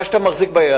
מה שאתה מחזיק ביד,